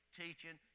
teaching